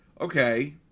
Okay